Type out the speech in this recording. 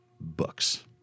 books